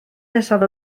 nesaf